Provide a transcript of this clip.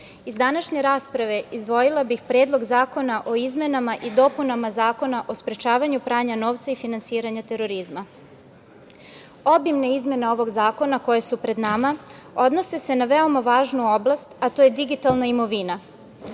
iz današnje rasprave izdvojila bih Predlog zakona o izmenama i dopunama Zakona o sprečavanju pranja novca i finansiranja terorizma. Obimne izmene ovog zakona koje su pred nama odnose se na veoma važnu oblast, a to j digitalna imovina